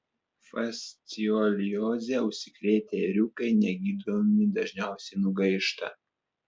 fasciolioze užsikrėtę ėriukai negydomi dažniausiai nugaišta